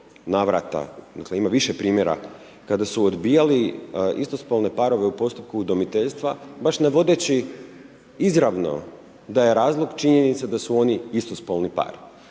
navrata, dakle ima više primjera kada su odbijali istospolne parove u postupku udomiteljstva baš ne vodeći izravno da je razlog činjenice da su oni istospolni par.